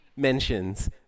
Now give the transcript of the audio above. mentions